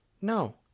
no